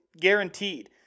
guaranteed